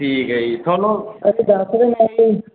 ਠੀਕ ਹੈ ਜੀ ਤੁਹਾਨੂੰ ਅਸੀਂ ਦੱਸ ਰਹੇ ਹਾਂ ਜੀ